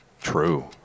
True